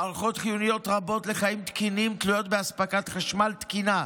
מערכות חיוניות רבות לחיים תקינים תלויות באספקת חשמל תקינה,